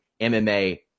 MMA